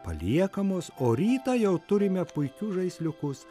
paliekamos o rytą jau turime puikius žaisliukus